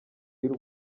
y’u